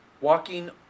walking